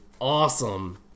Awesome